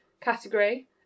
category